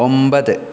ഒമ്പത്